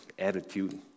Attitude